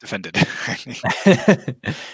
defended